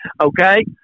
okay